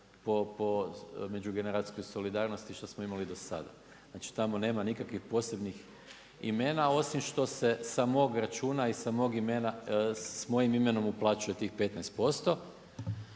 po međugeneracijskoj solidarnosti što smo imali i do sada. Znači, tamo nema nikakvih posebnih imena osim što se sa mog računa i sa mojim imenom uplaćuje tih 15%.